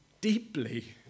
deeply